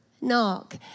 knock